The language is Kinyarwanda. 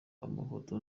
amafoto